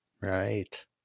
Right